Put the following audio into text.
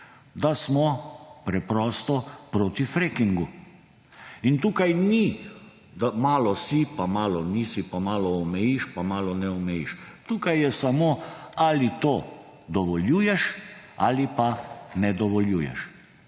da smo preprosto proti frackingu. In tu ni, da malo si pa malo nisi, pa malo omejiš pa malo ne omejiš – tu je samo, ali to dovoljuješ ali pa ne dovoljuješ.